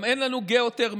גם אין לנו גיאותרמיקה.